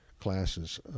classes